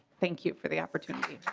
thank you for the opportunity.